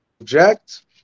object